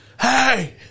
hey